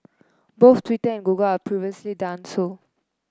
both Twitter and Google are previously done so